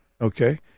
Okay